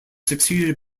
succeeded